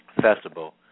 festival